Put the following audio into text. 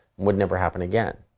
would never happen again.